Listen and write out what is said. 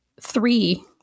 three